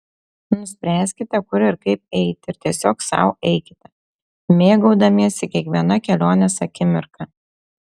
nuspręskite kur ir kaip eiti ir tiesiog sau eikite mėgaudamiesi kiekviena kelionės akimirka